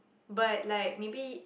but like maybe